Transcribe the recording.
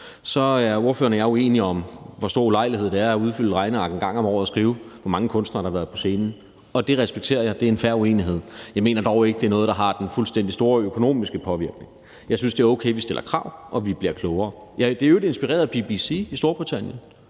Så er ordføreren og jeg uenige om, hvor stor en ulejlighed det er at udfylde et regneark en gang om året og skrive, hvor mange kunstnere der har været på scenen. Og det respekterer jeg; det er en fair uenighed. Jeg mener dog ikke, at det er noget, der har den store økonomiske påvirkning. Jeg synes, det er okay, at vi stiller krav, og at vi bliver klogere. Jeg blev i øvrigt inspireret af BBC i Storbritannien,